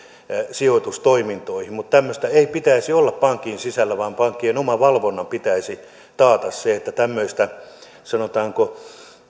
sijoitustoimintoihin mutta tämmöistä ei pitäisi olla pankin sisällä vaan pankkien omavalvonnan pitäisi taata se että tämmöistä sanotaanko